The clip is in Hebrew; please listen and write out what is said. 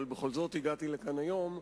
אבל בכל זאת הגעתי לכאן היום.